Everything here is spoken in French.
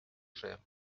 cher